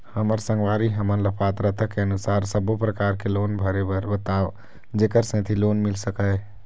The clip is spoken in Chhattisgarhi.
हमर संगवारी हमन ला पात्रता के अनुसार सब्बो प्रकार के लोन के भरे बर बताव जेकर सेंथी लोन मिल सकाए?